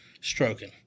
stroking